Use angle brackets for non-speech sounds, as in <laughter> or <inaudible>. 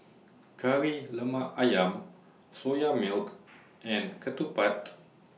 Kari Lemak Ayam Soya Milk <noise> and Ketupat